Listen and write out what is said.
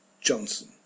Johnson